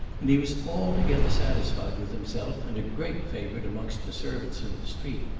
and he was altogether satisfied with himself and a great favorite amongst the servants in the street.